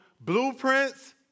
blueprints